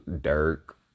dirk